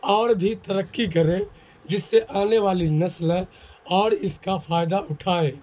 اور بھی ترقی کرے جس سے آنے والی نسلیں اور اس کا فائدہ اٹھائے